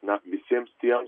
na visiems tiems